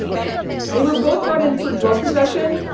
they were both brought in for drug possession.